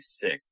six